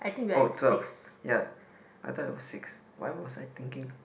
oh twelve ya I thought it was six why was I thinking